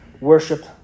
worship